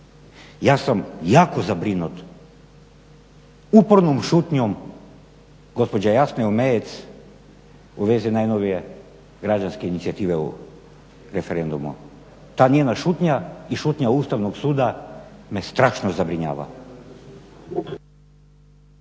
ja sam jako zabrinut upornom šutnjom gospođe Jasne Omejec u vezi najnovije građanske inicijative o referendumu. Ta njena šutnja i šutnja Ustavnog suda me strašno zabrinjava.